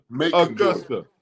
Augusta